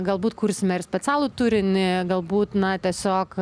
galbūt kursime ir specialų turinį galbūt na tiesiog